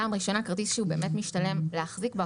פעם ראשונה כרטיס שבאמת משתלם להחזיק בו.